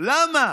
למה?